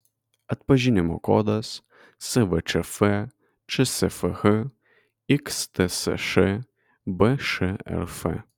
atpažinimo kodas svčf čsfh xtsš bšrf